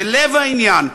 זה לב העניין,